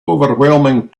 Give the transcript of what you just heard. overwhelming